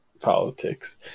politics